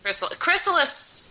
Chrysalis